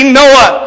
noah